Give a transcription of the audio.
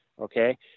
Okay